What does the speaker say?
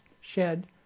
shed